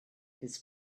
his